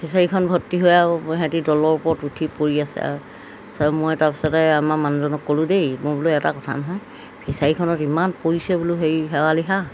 ফিচাৰীখন ভৰ্তি হৈ আৰু হেঁতি দলৰ ওপৰত উঠি পৰি আছে আৰু তাৰপাছত মই তাৰপিছতে আমাৰ মানুহজনক ক'লোঁ দেই মই বোলো এটা কথা নহয় ফিচাৰীখনত ইমান পৰিছে বোলো হেৰি শেৱালি হাঁহ